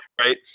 right